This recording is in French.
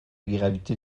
gravité